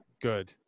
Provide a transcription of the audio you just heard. Good